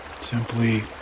simply